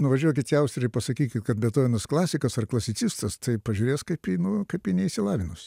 nuvažiuokit į austriją ir pasakykit kad betovenas klasikas ar klasicistas tai pažiūrės kaip į nu kaip į neišsilavinusį